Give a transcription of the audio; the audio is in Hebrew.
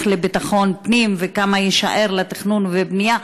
לביטחון פנים וכמה יישאר לתכנון ולבנייה,